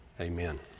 Amen